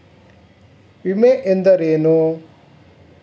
ವಿಮೆ ಎಂದರೇನು?